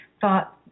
thought